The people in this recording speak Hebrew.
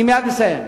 אני מייד מסיים.